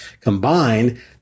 Combined